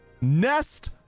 Nest